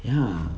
ya